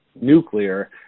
nuclear